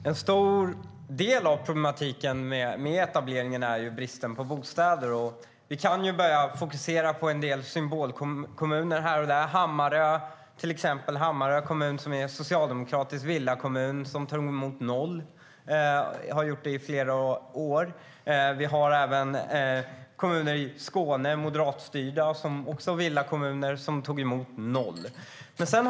Herr talman! En stor del av problematiken med etableringen är bristen på bostäder. Vi kan fokusera på en del symbolkommuner här och där. Till exempel Hammarö kommun, som är en socialdemokratisk villakommun, tar emot noll flyktingar. Så har det varit i flera år. Det finns även moderatstyrda villakommuner i Skåne som tar emot noll flyktingar.